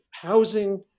housing